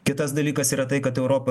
kitas dalykas yra tai kad europa